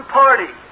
party